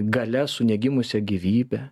galia su negimusia gyvybe